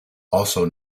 also